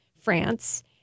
France